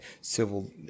civil